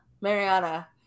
Mariana